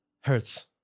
Hurts